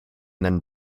then